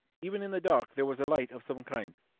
even in the dark there was a light of some kind,